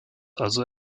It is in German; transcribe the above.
also